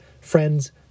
friends